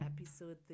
episode